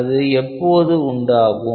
அது எப்போது உண்டாகும்